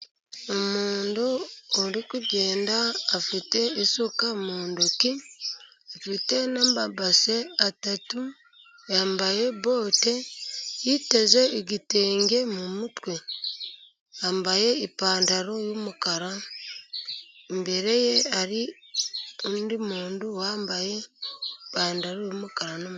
Umuntu uri kugenda afite isuka mu ntoki n'amabase atatu .yambaye bote, yiteze igitenge mu mutwe, yambaye ipantaro y'umukara. Imbere ye hari undi muntu wambaye ipantaro y'umukara n'umweru.